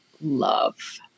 love